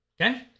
Okay